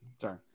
Sorry